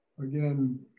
again